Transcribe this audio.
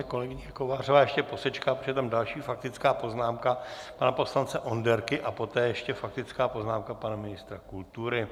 Kolegyně Kovářová ještě posečká, protože je tam další faktická poznámka pana poslance Onderky a poté ještě faktická poznámka pana ministra kultury.